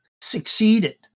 succeeded